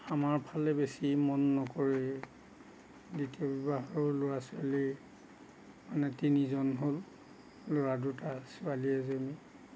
আমাৰ ফালে বেছি মন নকৰে দ্বিতীয় বিবাহৰ ল'ৰা ছোৱালী মানে তিনিজন হ'ল ল'ৰা দুটা ছোৱালী এজনী